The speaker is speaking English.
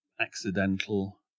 accidental